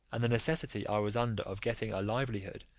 and the necessity i was under of getting a livelihood,